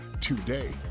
today